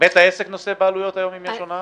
בית העסק נושא בעלויות אם יש הונאה?